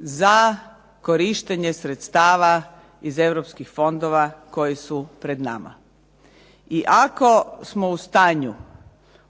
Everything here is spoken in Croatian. za korištenje sredstava iz europskih fondova koji su pred nama. I ako smo u stanju